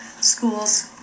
schools